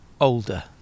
older